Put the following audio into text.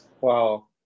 Wow